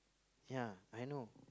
ya I know